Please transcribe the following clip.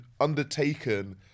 undertaken